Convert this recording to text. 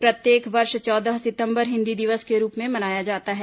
प्रत्येक वर्ष चौदह सितम्बर हिंदी दिवस के रूप में मनाया जाता है